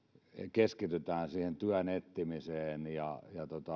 keskitytään siihen työn etsimiseen ja